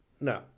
No